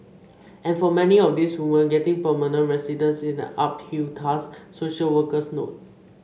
and for many of these women getting permanent residence is an uphill task social workers note